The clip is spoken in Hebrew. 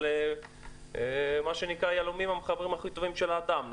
אבל יהלומים הם החברים הכי טובים של האדם.